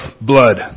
blood